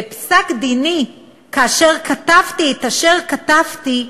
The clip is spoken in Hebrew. בפסק-דיני, כאשר כתבתי את אשר כתבתי,